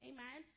Amen